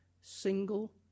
single